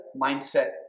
mindset